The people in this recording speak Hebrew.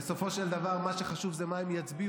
בסופו של דבר, מה שחשוב הוא מה שהם יצביעו.